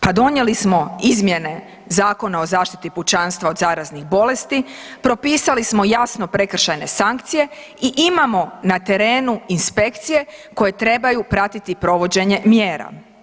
Pa donijeli smo izmjene Zakona o zaštiti pučanstva od zaraznih bolesti, propisali smo jasno prekršajne sankcije i imamo na terenu inspekcije koje trebaju pratiti provođenje mjera.